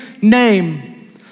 name